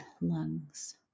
lungs